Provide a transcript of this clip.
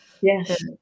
yes